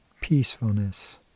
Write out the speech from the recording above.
peacefulness